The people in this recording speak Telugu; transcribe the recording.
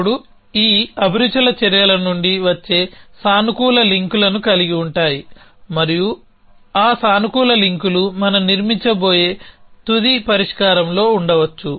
ఇప్పుడు ఈ అభిరుచులు చర్యల నుండి వచ్చే సానుకూల లింక్లను కలిగి ఉంటాయి మరియు ఆ సానుకూల లింక్లు మనం నిర్మించబోయే తుది పరిష్కారంలో ఉండవచ్చు